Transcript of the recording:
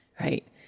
right